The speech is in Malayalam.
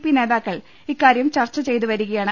പി നേതാക്കൾ ഇക്കാര്യം ചർച്ചചെ യ്തുവരികയാണ്